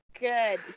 Good